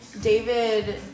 David